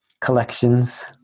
collections